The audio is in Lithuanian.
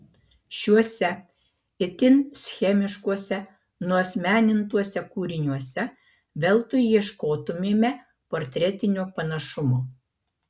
šiuose itin schemiškuose nuasmenintuose kūriniuose veltui ieškotumėme portretinio panašumo